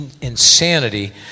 insanity